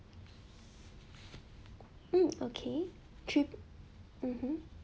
hmm okay three mmhmm